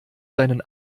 deinen